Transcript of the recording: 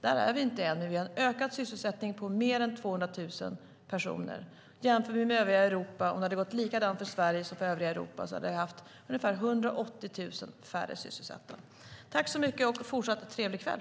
Där är vi inte än, men det finns en ökad sysselsättning om mer än 200 000 personer. Om det hade gått likadant för Sverige som för övriga Europa hade det varit ungefär 180 000 färre sysselsatta. Tack så mycket och ha en fortsatt trevlig kväll.